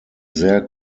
sehr